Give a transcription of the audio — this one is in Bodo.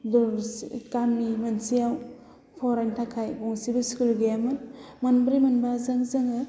गामि मोनसेयाव फरायनो थाखाय मोनसेबो स्खुल गैयामोन मोनब्रै मोनबाजों जोङो